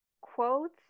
quotes